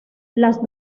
las